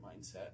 mindset